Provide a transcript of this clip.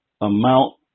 amount